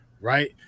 right